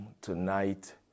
tonight